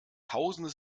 tausende